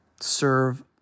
serve